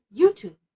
YouTube